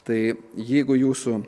tai jeigu jūsų